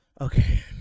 Okay